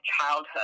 childhood